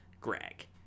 Greg